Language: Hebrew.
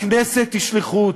הכנסת היא שליחות,